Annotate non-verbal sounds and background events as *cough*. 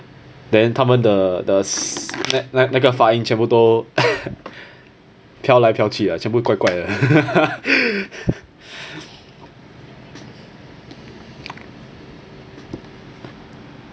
then 他们的的那个发音全部都飘来飘去啊全部怪怪的 *laughs*